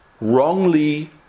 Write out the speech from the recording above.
wrongly